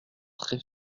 très